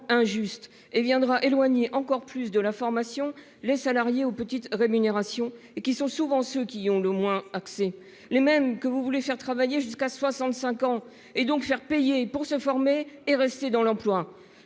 injuste et viendra éloigner encore plus de la formation les salariés aux petites rémunérations et qui sont souvent ceux qui ont le moins accès les mêmes que vous voulez faire travailler jusqu'à 65 ans et donc faire payer pour se former et rester dans l'emploi.